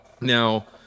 Now